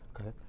Okay